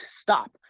stop